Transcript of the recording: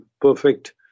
perfect